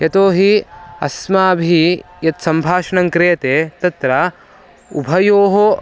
यतोहि अस्माभिः यत् सम्भाषणङ्क्रियते तत्र उभयोः